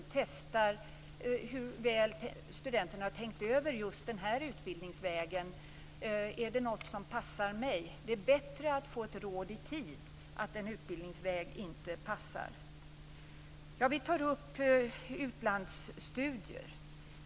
Man testar hur väl studenterna har tänkt över just den här utbildningsvägen. Är det något som passar mig? Det är ju bättre att i tid få råd om att en utbildningsväg inte passar. Vi tar också upp detta med utlandsstudier.